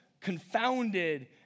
confounded